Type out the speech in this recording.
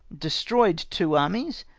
destroyed two armies,